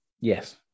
yes